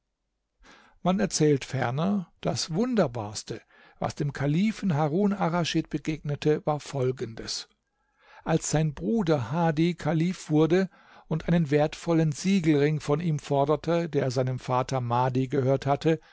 man erzählt ferner das wunderbarste was dem kalifen harun arraschid begegnete war folgendes als sein bruder hadi kalif wurde und einen wertvollen siegelring von ihm forderte der seinem vater madhi gehört hatte